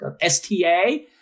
STA